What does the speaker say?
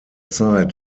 zeit